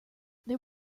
there